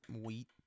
wheat